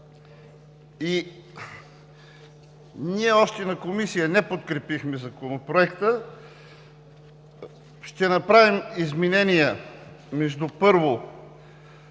Ние още на Комисията не подкрепихме Законопроекта. Ще направим предложения между първо